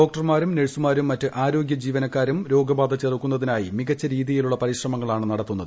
ഡോക്ടർമാരും നഴ്സുമാരും മറ്റ് ആരോഗ്യ ജീവനക്കാരും രോഗബാധ ചെറുക്കുന്നതിനായി മികച്ച രീതിയിലുള്ള പരിശ്രമങ്ങളാണ് നടത്തുന്നത്